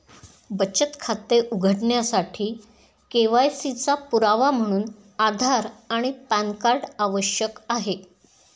बचत खाते उघडण्यासाठी के.वाय.सी चा पुरावा म्हणून आधार आणि पॅन कार्ड आवश्यक आहे